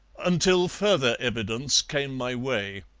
until further evidence came my way.